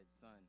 Son